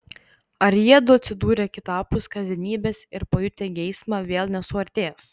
ar jiedu atsidūrę kitapus kasdienybės ir pajutę geismą vėl nesuartės